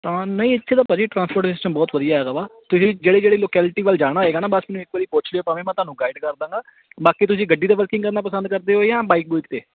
ਤਾਂ ਨਹੀਂ ਇੱਥੇ ਦਾ ਭਾਅ ਜੀ ਟ੍ਰਾਂਸਪੋਰਟੇਸ਼ਨ ਬਹੁਤ ਵਧੀਆ ਹੈਗਾ ਵਾ ਤੁਸੀਂ ਜਿਹੜੇ ਜਿਹੜੇ ਲੋਕੈਲਿਟੀ ਵੱਲ ਜਾਣਾ ਹੋਏਗਾ ਨਾ ਬਸ ਮੈਨੂੰ ਇੱਕ ਵਾਰੀ ਪੁੱਛ ਲਿਓ ਭਾਵੇਂ ਮੈਂ ਤੁਹਾਨੂੰ ਗਾਈਡ ਕਰ ਦੇਵਾਂਗਾ ਬਾਕੀ ਤੁਸੀਂ ਗੱਡੀ 'ਤੇ ਵਰਕਿੰਗ ਕਰਨਾ ਪਸੰਦ ਕਰਦੇ ਹੋ ਜਾਂ ਬਾਈਕ ਬੁਈਕ 'ਤੇ